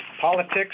Politics